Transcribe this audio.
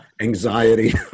anxiety